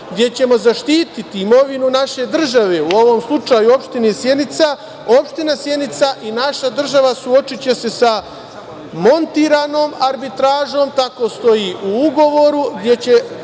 gde ćemo zaštititi imovinu naše države u ovom slučaju opštine Sjenica, opština Sjenica i naša država, suočiće se sa montiranom arbitražom, tako stoji u ugovoru gde će